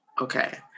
Okay